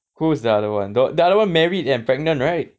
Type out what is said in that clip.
who's the other one the other one married and pregnant right